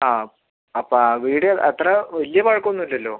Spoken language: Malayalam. ആ അപ്പോൾ ആ വീട് അത്ര വലിയ പഴക്കം ഒന്നുമില്ലല്ലോ